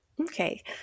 Okay